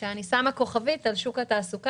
כאשר אני שמה כוכבית על שוק התעסוקה,